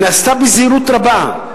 היא נעשתה בזהירות רבה,